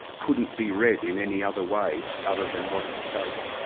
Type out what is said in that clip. couldn't be read in any other way, other than what it stated.